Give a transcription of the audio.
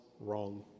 wrong